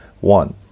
One